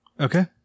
Okay